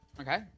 Okay